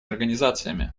организациями